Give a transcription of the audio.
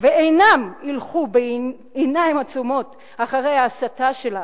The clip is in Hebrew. ואינם הולכים בעיניים עצומות אחרי ההסתה שלך.